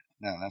No